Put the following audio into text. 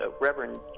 Reverend